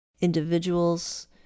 individuals